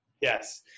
Yes